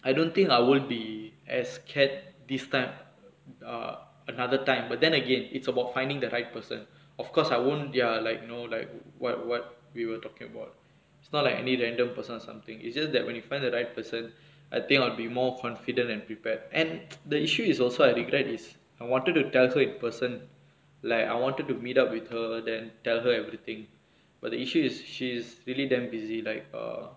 I don't think I wont be as scared this time ah another time but then again it's about finding the right person of course I won't ya like you know like what what we were talking about it's not like any random person or something it's just that when you find the right person I think I would be more confident and prepared and the issue is also I regret is I wanted to tell her in person like I wanted to meet up with her then tell her everything but the issue is she's really damn busy like err